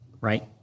right